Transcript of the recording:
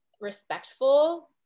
respectful